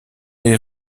les